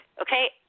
Okay